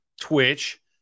Twitch